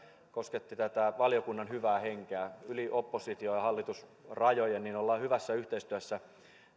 koskettivat tätä valiokunnan hyvää henkeä yli oppositio ja ja hallitusrajojen ollaan hyvässä yhteistyössä